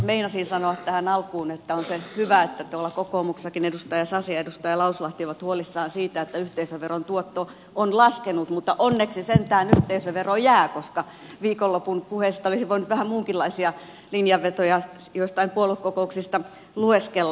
meinasin sanoa tähän alkuun että on se hyvä että tuolla kokoomuksessakin edustaja sasi ja edustaja lauslahti ovat huolissaan siitä että yhteisöveron tuotto on laskenut mutta onneksi sentään yhteisövero jää koska viikonlopun puheista olisi voinut vähän muunkinlaisia linjanvetoja joistain puoluekokouksista lueskella